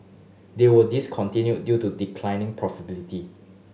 they were discontinued due to declining profitability